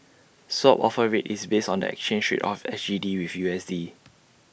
swap offer rate is based on the exchange rate of S G D with U S D